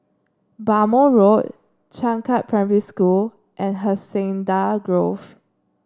Bhamo Road Changkat Primary School and Hacienda Grove